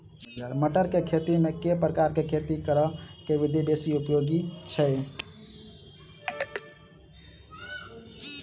मटर केँ खेती मे केँ प्रकार केँ खेती करऽ केँ विधि बेसी उपयोगी छै?